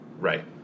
Right